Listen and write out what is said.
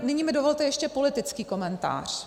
Nyní mi dovolte ještě politický komentář.